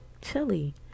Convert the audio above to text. Chili